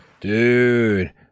Dude